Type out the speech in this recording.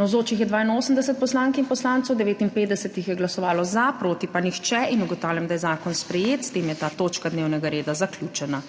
59 jih je glasovalo za, proti pa nihče. (Za je glasovalo 59.) (Proti nihče.) Ugotavljam, da je zakon sprejet. S tem je ta točka dnevnega reda zaključena.